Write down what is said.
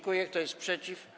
Kto jest przeciw?